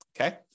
okay